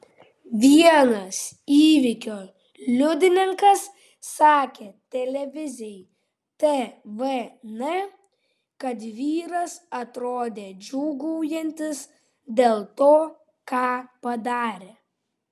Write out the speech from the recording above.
vienas įvykio liudininkas sakė televizijai tvn kad vyras atrodė džiūgaujantis dėl to ką padarė